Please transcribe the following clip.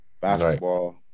basketball